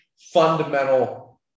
fundamental